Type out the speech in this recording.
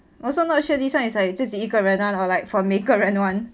I also not sure this one is like 自己一个人 [one] or like for 每个人 [one]